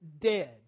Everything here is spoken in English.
dead